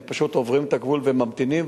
הם פשוט עוברים את הגבול וממתינים,